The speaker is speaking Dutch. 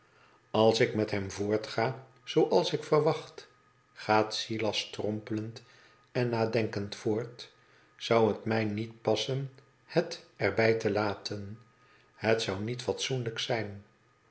als ik met hem voortga zooals ik verwacht gaat silas strompelend en nadenkend voort zou het mij niet passen het er bij te laten het zou niet fatsoenlijk zijn